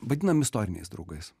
vadinam istoriniais draugais